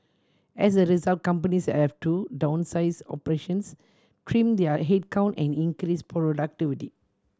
as a result companies have to downsize operations trim their headcount and increase productivity